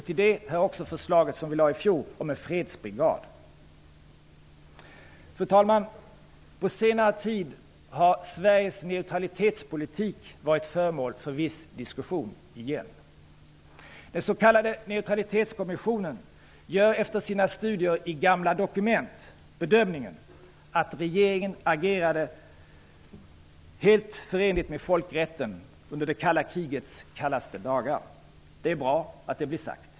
Till detta hör även förslaget som vi lade fram i fjol om en fredsbrigad. Fru talman! På senare tid har Sveriges neutralitetspolitik varit föremål för viss diskussion igen. Den s.k. Neutralitetskommissionen gör efter sina studier i gamla dokument bedömningen att regeringens agerande var helt förenligt med folkrätten under det kalla krigets kallaste dagar. Det är bra att det blir sagt.